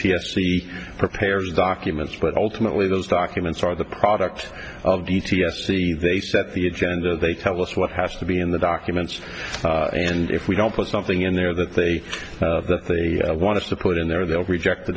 she prepares documents but ultimately those documents are the product of d t s see they set the agenda they tell us what has to be in the documents and if we don't put something in there that they that they want to put in there they'll reject the